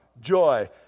joy